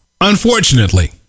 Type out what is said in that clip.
Unfortunately